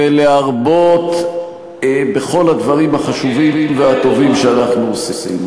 ולהרבות בכל הדברים החשובים והטובים שאנחנו עושים.